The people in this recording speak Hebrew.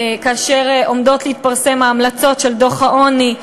כאשר עומדות להתפרסם ההמלצות של הוועדה למלחמה בעוני,